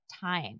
time